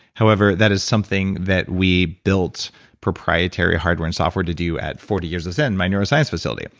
however, that is something that we built proprietary hardware and software to do at forty years of zen, my neuroscience facility.